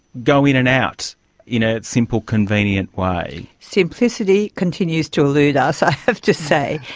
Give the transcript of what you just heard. go in and out in a simple, convenient way? simplicity continues to elude us, ah have to say.